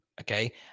okay